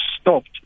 stopped